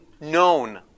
known